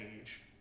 age